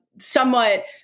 somewhat